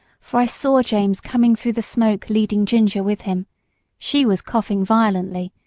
for i saw james coming through the smoke leading ginger with him she was coughing violently,